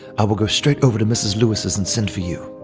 i will go straight over to mrs. lewis' and send for you,